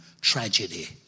tragedy